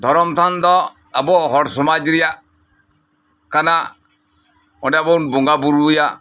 ᱫᱷᱚᱨᱚᱢ ᱛᱷᱟᱱ ᱫᱚ ᱟᱵᱚ ᱦᱚᱲ ᱥᱚᱢᱟᱡᱽ ᱨᱮᱭᱟᱜ ᱠᱟᱱᱟ ᱚᱸᱰᱮ ᱵᱚᱱ ᱵᱚᱸᱜᱟ ᱵᱩᱨᱩᱭᱟ